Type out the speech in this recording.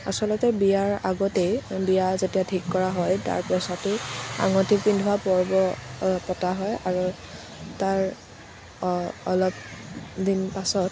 আচলতে বিয়াৰ আগতেই বিয়া যেতিয়া ঠিক কৰা হয় তাৰ পিছতেই আঙুঠি পিন্ধোৱা পৰ্ব পতা হয় আৰু তাৰ অলপদিন পাছত